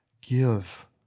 give